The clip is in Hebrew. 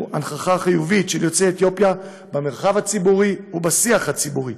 הנכחה חיובית של יוצאי אתיופיה במרחב הציבורי ובשיח הציבורי,